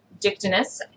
Dictinus